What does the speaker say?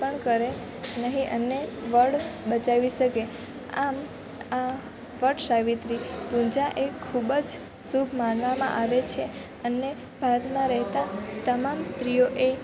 કાપ પણ કરે નહીં અને વડ બચાવી શકે આમ આ વડસાવિત્રી પૂજા એ ખૂબ જ શુભ માનવામાં આવે છે અને ભારતમાં રહેતા તમામ સ્ત્રીઓએ